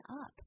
up